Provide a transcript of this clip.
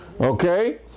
okay